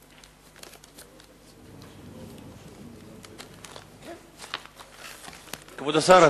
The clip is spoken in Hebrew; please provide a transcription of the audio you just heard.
כבוד השר,